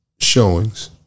showings